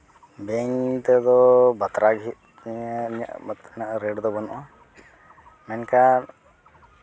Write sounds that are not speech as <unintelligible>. bank ᱛᱮᱫᱚ ᱵᱟᱛᱨᱟ ᱜᱮ ᱦᱩᱭᱩᱜ ᱛᱤᱧᱟᱹ <unintelligible> ᱨᱮᱹᱴ ᱫᱚ ᱵᱟᱹᱱᱩᱜᱼᱟ ᱢᱮᱱᱠᱷᱟᱱ